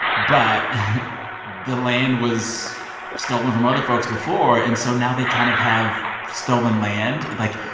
but the land was stolen from other folks before. and so now, they kind of have stolen land. and like,